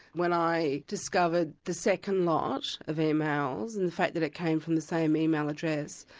when i discovered the second lot of emails, and the fact that it came from the same email address,